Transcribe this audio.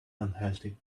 unhealthy